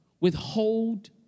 withhold